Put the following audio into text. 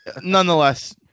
nonetheless